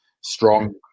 Strong